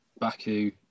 baku